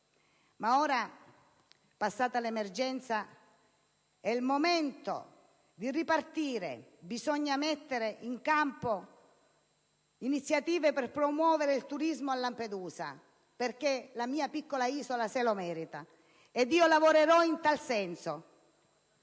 Ora, passata l'emergenza, è il momento di ripartire. Bisogna mettere in campo iniziative per promuovere il turismo a Lampedusa, perché la mia piccola isola se lo merita. Ed io lavorerò in tal senso,